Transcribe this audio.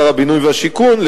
שר הבינוי והשיכון,